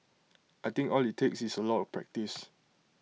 I think all IT takes is A lot of practice